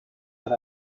had